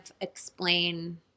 explain